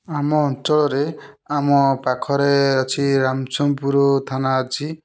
ଆମ ଅଞ୍ଚଳରେ ଆମ ପାଖରେ ଅଛି ରାମଚନ୍ଦ୍ରପୁର ଥାନା ଅଛି